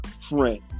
friend